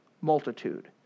multitude